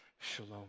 Shalom